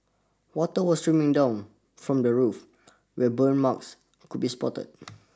water was streaming down from the roof where burn marks could be spotted